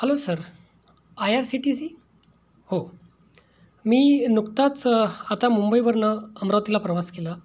hello sir I R C T C हो मी नुकताच आता मुंबईवरनं अमरावतीला प्रवास केला